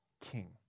King